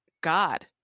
god